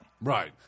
Right